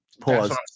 pause